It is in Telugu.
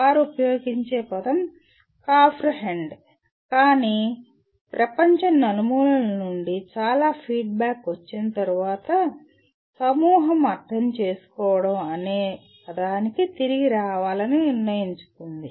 వారు ఉపయోగించే పదం "కాంఫ్రెహెండ్ " కానీ ప్రపంచం నలుమూలల నుండి చాలా ఫీడ్బ్యాక్ వచ్చిన తరువాత వారు సమూహం అర్థం చేసుకోవడం అనే పదానికి తిరిగి రావాలని నిర్ణయించుకుంది